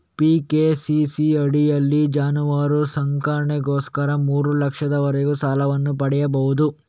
PKCC ಅಡಿಯಲ್ಲಿ ಜಾನುವಾರು ಸಾಕಣೆಗೋಸ್ಕರ ಮೂರು ಲಕ್ಷದವರೆಗೆ ಸಾಲವನ್ನು ಪಡೆಯಬಹುದು